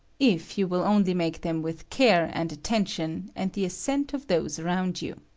if you will only make them with care and at tention, and the assent of those around you.